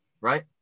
Right